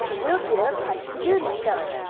we'll give a punch and judy show!